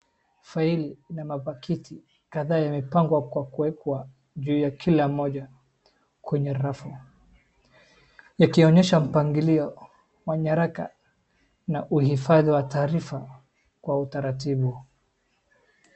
Faili na mapakiti kadhaa yamepangwa kwa kuwekwa juu ya kila moja kwenye rafu ,yakionyesha mpangilio wa nyaraka na uhifadhi wa taarifa kwa utaratibu.